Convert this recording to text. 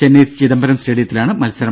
ചെന്നൈ ചിദംബരം സ്റ്റേഡിയത്തിലാണ് മത്സരം